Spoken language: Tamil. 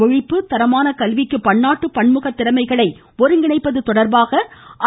ஒழிப்பு தரமான கல்விக்கு பன்னாட்டு பன்முக திறமைகளை ஒருங்கிணைப்பது வஙஙை தொடர்பாக ஜ